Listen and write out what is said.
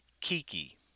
Kiki